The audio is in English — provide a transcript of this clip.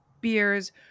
beers